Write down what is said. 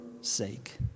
sake